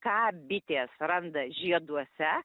ką bitės randa žieduose